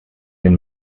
den